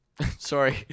Sorry